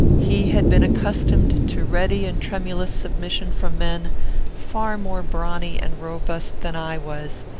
he had been accustomed to ready and tremulous submission from men far more brawny and robust than i was,